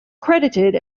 credited